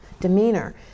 demeanor